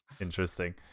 interesting